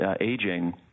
aging